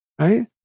Right